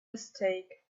mistake